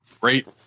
great